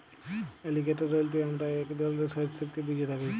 alligator বইলতে আমরা ইক ধরলের সরীসৃপকে ব্যুঝে থ্যাকি